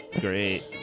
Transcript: Great